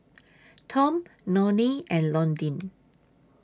Tom Nonie and Londyn